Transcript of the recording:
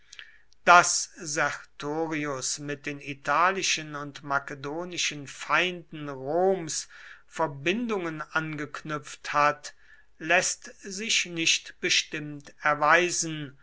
daß sertorius mit den italischen und makedonischen feinden roms verbindungen angeknüpft hat läßt sich nicht bestimmt erweisen